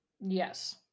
Yes